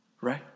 right